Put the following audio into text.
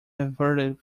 averted